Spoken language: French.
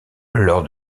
lors